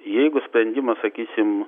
jeigu sprendimas sakysim